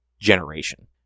generation